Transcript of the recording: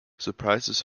surprises